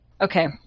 Okay